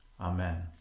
Amen